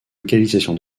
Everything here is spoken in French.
localisation